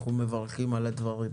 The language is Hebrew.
אנחנו מברכים על הדברים.